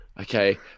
Okay